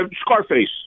Scarface